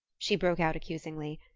she broke out accusingly.